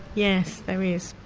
yes, there is.